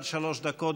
עד שלוש דקות,